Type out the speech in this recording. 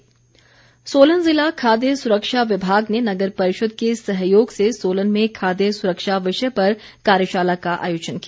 खाद्य सुरक्षा सोलन ज़िला खाद्य सुरक्षा विभाग ने नगर परिषद के सहयोग से सोलन में खाद्य सुरक्षा विषय पर कार्यशाला का आयोजन किया